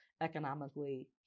economically